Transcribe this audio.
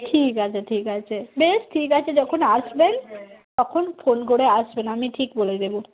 ঠিক আছে ঠিক আছে বেশ ঠিক আছে যখন আসবেন তখন ফোন করে আসবেন আমি ঠিক বলে দেবো